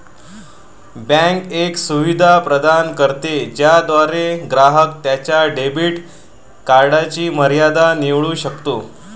bank एक सुविधा प्रदान करते ज्याद्वारे ग्राहक त्याच्या डेबिट कार्डची मर्यादा निवडू शकतो